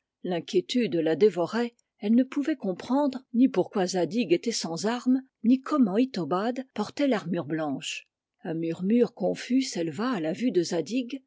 l'inquiétude la dévorait elle ne pouvait comprendre ni pourquoi zadig était sans armes ni comment itobad portait l'armure blanche un murmure confus s'éleva à la vue de